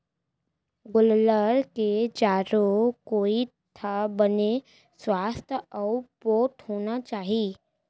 गोल्लर के चारों कोइत ह बने सुवास्थ अउ पोठ होना चाही